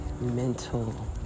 mental